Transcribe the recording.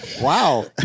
Wow